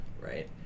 right